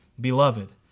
Beloved